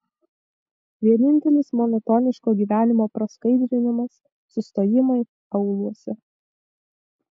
vienintelis monotoniško gyvenimo praskaidrinimas sustojimai aūluose